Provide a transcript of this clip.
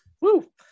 Woo